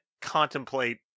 contemplate